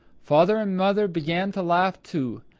father and mother began to laugh too,